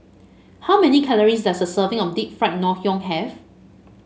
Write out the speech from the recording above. how many calories does a serving of Deep Fried Ngoh Hiang have